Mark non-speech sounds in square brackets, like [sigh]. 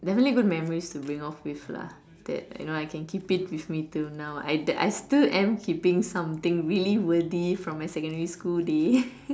definitely good memories to bring off with lah that you know I can keep it with me till now I I still am keeping something really worthy from my secondary school day [laughs]